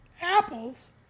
apples